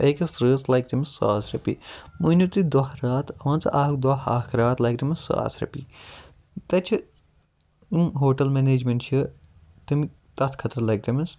أکِس رٲژ لَگہِ تٔمِس ساس رۄپیہِ مٲنِو تُہۍ دۄہ رات مان ژٕ اکھ دوہ اکھ رات لَگہِ تٔمِس ساس رۄپیہِ تَتہِ چھِ یِم ہوٹَل منیجمیٚنٹ چھِ تَمہِ تتھ خٲطرٕ لَگہِ تٔمِس